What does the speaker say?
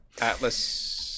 Atlas